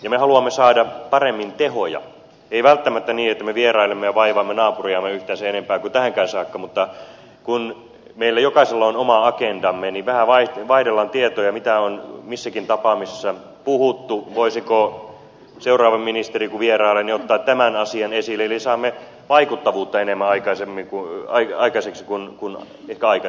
me haluamme saada paremmin tehoja ei välttämättä niin että me vierailemme ja vaivaamme naapuriamme yhtään sen enempää kuin tähänkään saakka mutta kun meillä jokaisella on oma agendamme niin vähän vaihdellaan tietoja mitä on missäkin tapaamisessa puhuttu voisiko seuraava ministeri kun hän vierailee ottaa tämän asian esille eli saamme vaikuttavuutta enemmän aikaiseksi kuin ehkä aikaisemmin